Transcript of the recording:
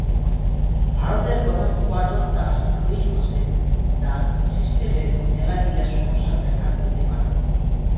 ভারতের প্রধান উপার্জন চাষ থুই হসে, যার সিস্টেমের মেলাগিলা সমস্যা দেখাত দিতে পারাং